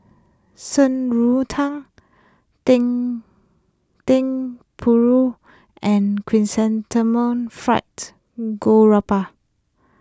Shan Rui Tang Dendeng Paru and Chrysanthemum Fried Garoupa